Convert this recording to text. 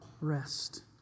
rest